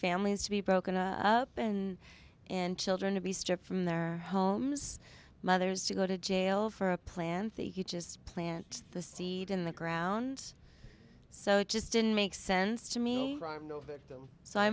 families to be broken up and in children to be stripped from their homes mothers to go to jail for a plan you just plant the seed in the ground so it just didn't make sense to me so i